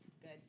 good